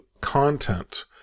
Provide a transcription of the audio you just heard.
content